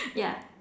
ya